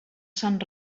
sant